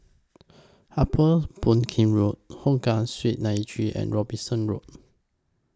Upper Boon Keng Road Hougang Street nine three and Robinson Road